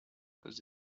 cause